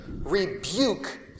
rebuke